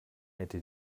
hätte